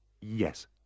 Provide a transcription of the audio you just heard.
Yes